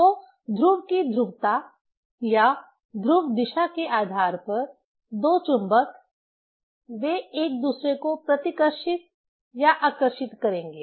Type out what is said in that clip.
तो ध्रुव की ध्रुवता या ध्रुव दिशा के आधार पर दो चुंबक वे एक दूसरे को प्रतिकर्षित या आकर्षित करेंगे